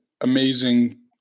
amazing